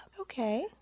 Okay